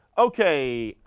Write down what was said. okay,